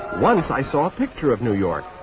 once i saw a picture of new york,